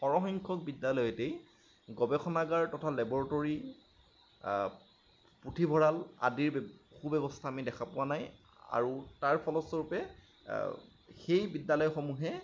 সৰহ সংখ্যক বিদ্যালয়তেই গৱেষণাগাৰ তথা লেবৰটৰী পুথিভঁৰাল আদিৰ সু ব্যৱস্থা আমি দেখা পোৱা নাই আৰু তাৰ ফলস্বৰূপে সেই বিদ্যালয়সমূহে